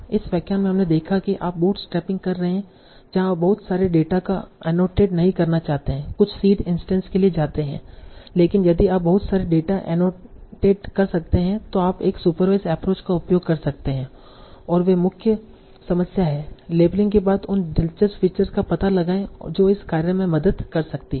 इस व्याख्यान में हमने देखा कि आप बूटस्ट्रैपिंग कर रहे हैं जहा आप बहुत सारे डेटा का एनोटेट नहीं करना चाहते हैं कुछ सीड इंस्टैंस के लिए जाते हैं लेकिन यदि आप बहुत सारे डेटा एनोटेट कर सकते हैं तो आप एक सुपरवाईसड एप्रोच का उपयोग कर सकते हैं और वे मुख्य समस्या है लेबलिंग के बाद उन दिलचस्प फीचर्स का पता लगाएं जो इस कार्य में मदद कर सकती हैं